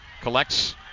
collects